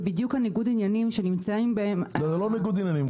זה בדיוק ניגוד העניינים שנמצאים בו --- זה לא ניגוד עניינים.